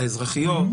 האזרחיות,